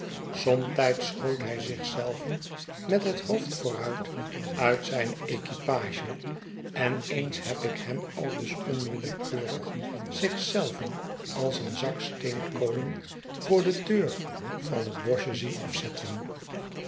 somtijds schoot hij zich zelven met het hoofd vooruit uit zijne equipage en eens heb ik hem aldus onwillekeurig zich zelven als een zak steenkolen voor de deur van het boschje zien afzetten